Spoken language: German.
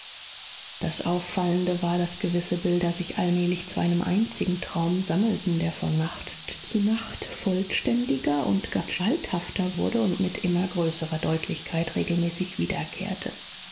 das auffallende war daß gewisse bilder sich allmählich zu einem einzigen traum sammelten der von nacht zu nacht vollständiger und gestalthafter wurde und mit immer größerer deutlichkeit regelmäßig wiederkehrte